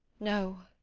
no,